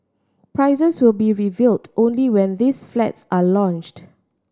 prices will be revealed only when these flats are launched